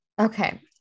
Okay